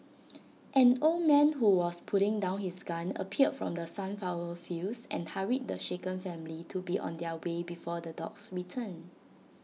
an old man who was putting down his gun appeared from the sunflower fields and hurried the shaken family to be on their way before the dogs return